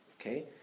Okay